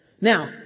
Now